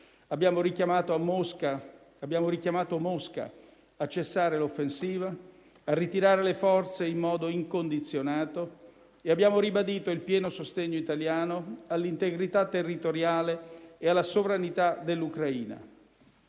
abbiamo richiamato Mosca a cessare l'offensiva e a ritirare le forze in modo incondizionato; abbiamo ribadito il pieno sostegno italiano all'integrità territoriale e alla sovranità dell'Ucraina.